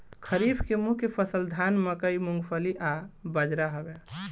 खरीफ के मुख्य फसल धान मकई मूंगफली आ बजरा हवे